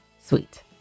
sweet